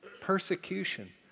Persecution